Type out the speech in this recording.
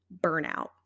burnout